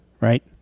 Right